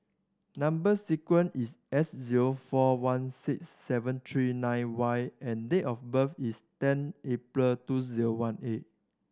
number sequence is S zero four one six seven three nine Y and date of birth is ten April two zero one eight